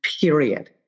period